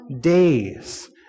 days